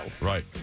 Right